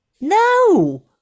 No